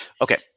okay